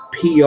PR